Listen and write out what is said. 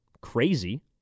crazy